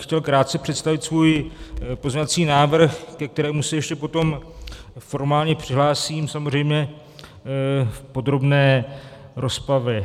Chtěl bych krátce představit svůj pozměňovací návrh, ke kterému se ještě potom formálně přihlásím samozřejmě v podrobné rozpravě.